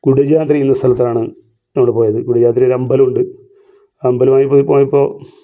കുടജാദ്രി എന്ന സ്ഥലത്താണ് നമ്മൾ പോയത് കുടജാദ്രി ഒരു അമ്പലമുണ്ട് അമ്പലമായി പോയപ്പോൾ